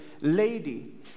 lady